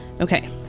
Okay